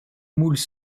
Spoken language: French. moules